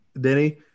denny